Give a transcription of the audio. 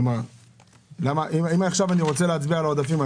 אם אני רוצה להצביע על עודפים,